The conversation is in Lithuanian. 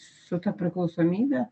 su ta priklausomybe